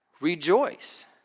Rejoice